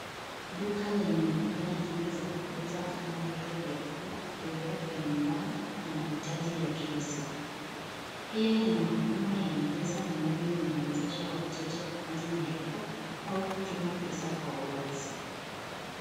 Duka lenye bidhaa nyingi za kuuza kama vile vyakula, bidhaa za nyumbani, na mahitaji ya kila siku, pia lina huduma ya [mpesa] ambayo inawezesha wateja kufanya malipo, au kutuma pesa kwa urahisi.